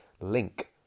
link